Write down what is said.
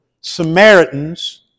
Samaritans